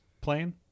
plane